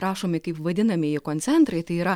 rašomi kaip vadinamieji koncentrai tai yra